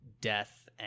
death